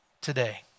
today